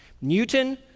Newton